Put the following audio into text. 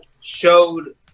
showed